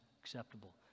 acceptable